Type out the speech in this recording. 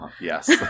Yes